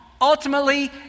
ultimately